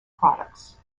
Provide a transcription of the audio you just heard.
products